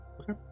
Okay